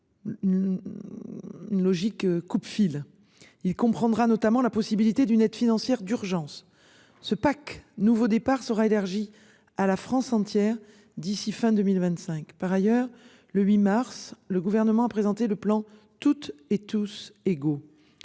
Une logique. Coupe-file il comprendra notamment la possibilité d'une aide financière d'urgence ce Pack nouveau départ sera élargie à la France entière d'ici fin 2025. Par ailleurs, le 8 mars, le gouvernement a présenté le plan toutes et tous égaux.